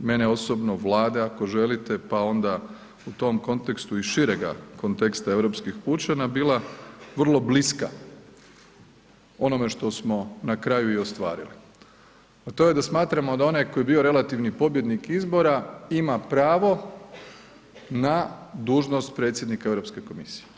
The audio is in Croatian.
mene osobno, Vlade ako želite, pa onda u tom kontekstu iz širega konteksta europskih pučana bila vrlo bliska onome što smo na kraju i ostvarili, a to je da smatramo da onaj tko je bio relativni pobjednik izbora ima pravo na dužnost predsjednika Europske komisije.